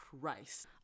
Christ